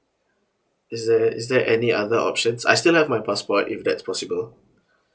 is there is there any other options I still have my passport if that's possible